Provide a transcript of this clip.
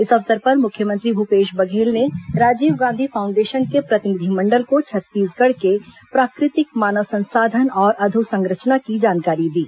इस अवसर पर मुख्यमंत्री भूपेश बघेल ने राजीव गांधी फाउंडेशन के प्रतिनिधिमंडल को छत्तीसगढ़ के प्राकृतिक मानव संसाधन और अधोसंरचना की जानकारी दी